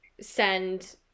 send